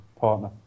partner